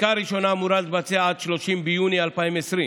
הבדיקה הראשונה אמורה להתבצע עד ל-30 ביוני 2020,